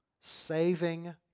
saving